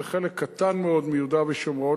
זה חלק קטן מאוד מיהודה ושומרון,